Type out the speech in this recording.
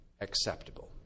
acceptable